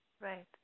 Right